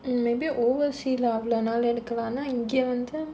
hmm maybe oversea lah அவ்ளோ நாள் எடுக்கலாம்ன இங்க வந்து:avlo naal edukalaamna inga vanthu